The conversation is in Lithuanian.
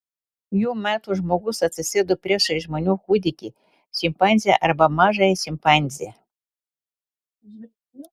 jų metu žmogus atsisėdo priešais žmonių kūdikį šimpanzę arba mažąją šimpanzę